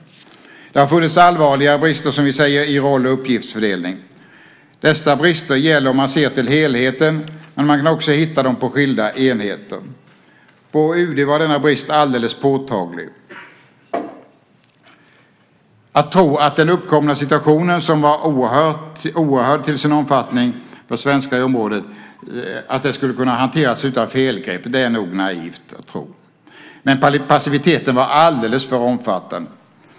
Vi säger att det har funnits allvarliga brister i roll och uppgiftsfördelning. Dessa brister gäller om man ser till helheten, men man kan också hitta dem på skilda enheter. På UD var denna brist alldeles påtaglig. Att tro att den uppkomna situationen - som var oerhörd till sin omfattning för svenskar i området - skulle ha kunnat hanteras utan felgrepp är nog naivt. Men passiviteten var alldeles för omfattande.